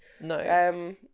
No